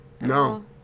no